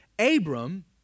Abram